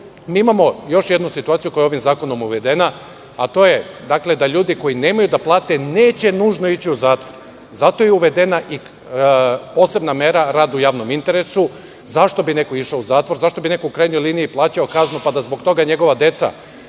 imamo još jednu situaciju koja je ovim zakonom uvedena, a to je da ljudi koji nemaju da plate neće nužno ići u zatvor. Zato je uvedena posebna mera – rad u javnom interesu. Zašto bi neko išao u zatvor, zašto bi neko, u krajnjoj liniji, plaćao kaznu, pa da zbog toga njegova deca